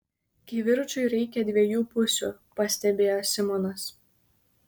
kivirčui reikia dviejų pusių pastebėjo simonas